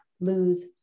lose